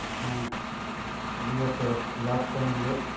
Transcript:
and we have the last term here